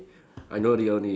I know the only